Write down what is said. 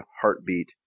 HEARTBEAT